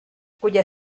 cuya